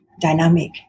dynamic